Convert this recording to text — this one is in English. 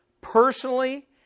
personally